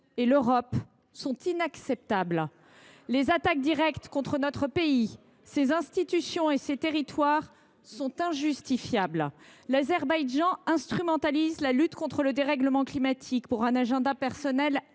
à Bakou sont inacceptables. Scandaleux, oui ! Les attaques directes contre notre pays, ses institutions et ses territoires sont injustifiables. L’Azerbaïdjan instrumentalise la lutte contre le dérèglement climatique pour suivre un agenda personnel